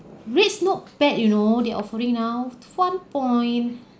rates look bad you know they offering now one point